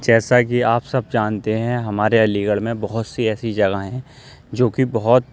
جیسا کہ آپ سب جانتے ہیں ہمارے علی گڑھ میں بہت سی ایسی جگہیں ہیں جوکہ بہت